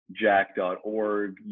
jack.org